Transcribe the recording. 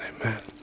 amen